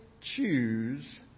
choose